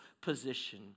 position